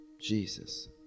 Jesus